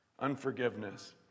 Unforgiveness